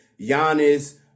Giannis